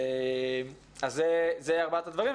אז אלה ארבעת הדברים,